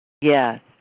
Yes